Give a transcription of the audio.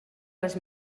les